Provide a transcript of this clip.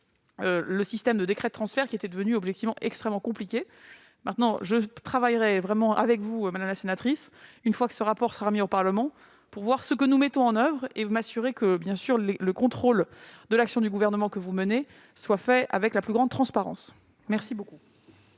le système des décrets de transfert, qui était devenu objectivement extrêmement compliqué. Sachez que je travaillerai vraiment avec vous, madame la rapporteure pour avis, une fois que ce rapport sera remis au Parlement, pour voir ce que nous mettons en oeuvre et m'assurer que le contrôle de l'action du Gouvernement que vous menez est fait avec la plus grande transparence. Madame